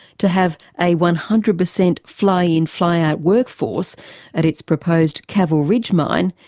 to have a one hundred per cent fly-in fly-out workforce at its proposed caval ridge mine,